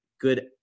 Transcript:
good